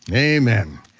amen.